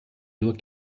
nur